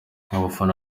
abafana